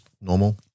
normal